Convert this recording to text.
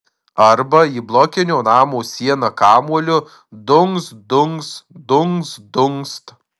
arba į blokinio namo sieną kamuoliu dunkst dunkst dunkst dunkst